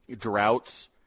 droughts